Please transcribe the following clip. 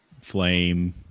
flame